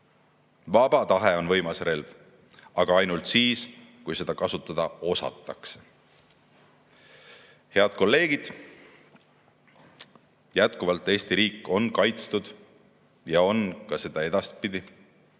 Vaba tahe on võimas relv, aga ainult siis, kui seda kasutada osatakse. Head kolleegid! Jätkuvalt on Eesti riik kaitstud ja nii on ka edaspidi.